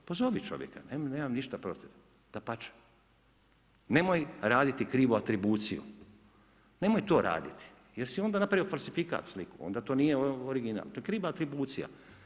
Pozovi čovjeka, nemam ništa protiv, dapače, nemoj raditi krivu atribuciju, nemoj to raditi jer si onda napravio falsifikat sliku, onda to nije original, to je kriva atribucija.